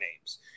names